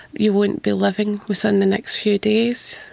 you won't be living within the next few days.